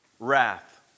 Wrath